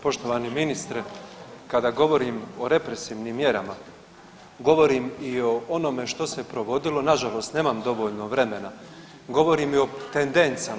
Poštovani ministre kada govorim o represivnim mjerama govorim i o onome što se provodilo, nažalost nemam dovoljno vremena, govorim i o tendencama.